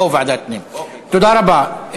תודה רבה.